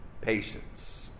patience